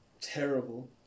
terrible